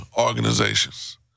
organizations